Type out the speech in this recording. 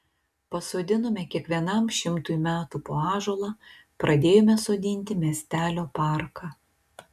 pasodinome kiekvienam šimtui metų po ąžuolą pradėjome sodinti miestelio parką